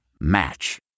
Match